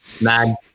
Mad